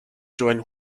join